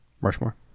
Rushmore